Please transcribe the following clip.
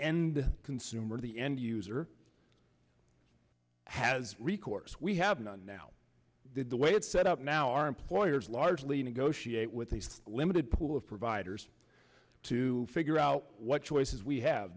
end consumer the end user has recourse we have none now the way it's set up now our employers largely negotiate with a limited pool of providers to figure out what choices we have